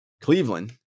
Cleveland